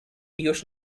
już